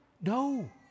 No